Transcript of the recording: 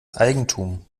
eigentum